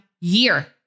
year